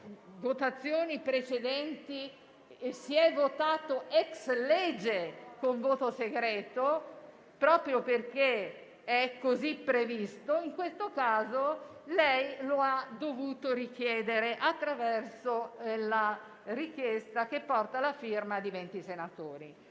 votazioni precedenti si è votato *ex lege* con voto segreto proprio perché è così previsto, in questo caso egli lo ha dovuto richiedere attraverso l'istanza che porta la firma di 20 senatori.